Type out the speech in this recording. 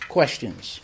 Questions